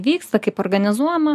vyksta kaip organizuojama